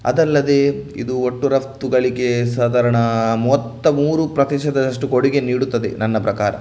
ಅದಲ್ಲದೆ ಇದು ಒಟ್ಟು ರಫ್ತುಗಳಿಗೆ ಸಾಧಾರಣ ಮೂವತ್ತಮೂರು ಪ್ರತಿಶತದಷ್ಟು ಕೊಡುಗೆ ನೀಡುತ್ತದೆ ನನ್ನ ಪ್ರಕಾರ